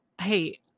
Hey